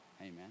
Amen